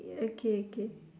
ya okay okay